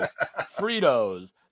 Fritos